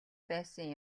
байсан